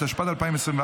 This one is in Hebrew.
התשפ"ד 2024,